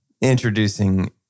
introducing